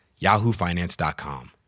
yahoofinance.com